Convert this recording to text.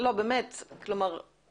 אבל יש